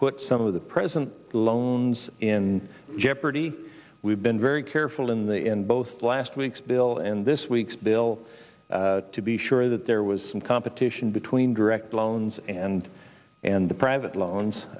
put some of the present loans in jeopardy we've been very careful in the in both last week's bill and this week's bill to be sure that there was some competition between direct loans and and the private